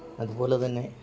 അതുപോലെ തന്നെ